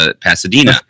Pasadena